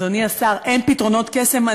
אדוני השר, אין פתרונות קסם.